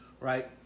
right